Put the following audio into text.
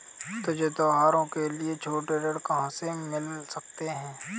मुझे त्योहारों के लिए छोटे ऋण कहाँ से मिल सकते हैं?